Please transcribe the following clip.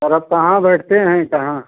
sir आप कहाँ बैठते हैं कहाँ